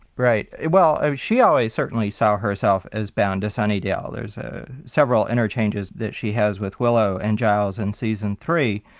right. well she always certainly saw herself as bound to sunnydale. there's ah several interchanges that she has with willow and giles in season three,